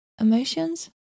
emotions